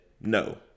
no